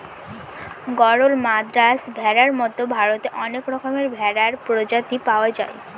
গরল, মাদ্রাজ ভেড়ার মতো ভারতে অনেক রকমের ভেড়ার প্রজাতি পাওয়া যায়